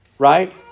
Right